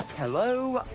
hello,